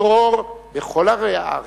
ישרור בכל ערי הארץ,